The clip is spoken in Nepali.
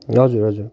हजुर हजुर